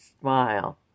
smile